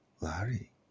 Larry